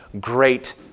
great